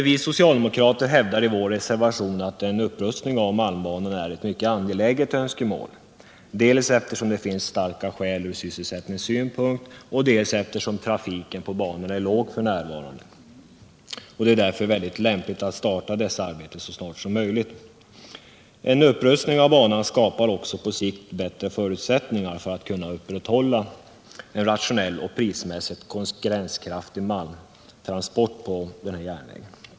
Vi socialdemokrater hävdar i vår reservation att en upprustning av malmbanan är ett mycket angeläget önskemål dels eftersom det finns starka skäl härför ur sysselsättningssynpunkt, dels eftersom trafiken på banan är låg f.n. Det är därför lämpligt att starta dessa arbeten så snart som möjligt. En upprustning av banan skapar också på sikt bättre förutsättningar för att kunna upprätthålla en rationell och prismässigt konkurrenskraftig malmtransport på denna järnväg.